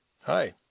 Hi